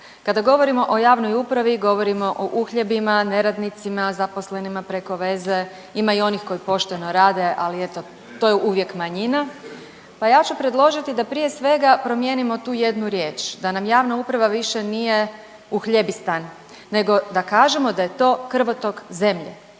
Kada govorimo o javnoj upravi govorimo o uhljebima, neradnicima, zaposlenima preko veze, ima i onih koji pošteno rade, ali eto to je uvijek manjina, pa ja ću predložiti da prije svega promijenimo tu jednu riječ da nam javna uprava više nije uhljebistan nego da kažemo da je to krvotok zemlje,